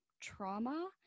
trauma